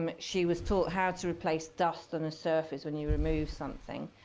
um she was taught how to replace dust on a surface when you remove something.